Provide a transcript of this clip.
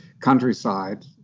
countryside